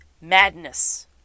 madness